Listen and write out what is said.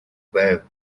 байв